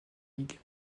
ligue